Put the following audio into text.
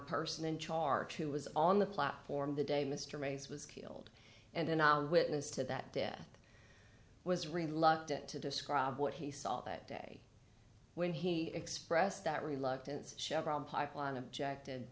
person in charge who was on the platform the day mr mays was killed and an eyewitness to that death was reluctant to describe what he saw that day when he expressed that reluctance chevron pipeline objected